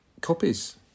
copies